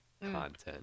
content